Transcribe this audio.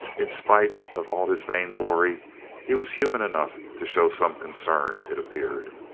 in spite of all his vainglory he was human enough to show some concern, it appeared.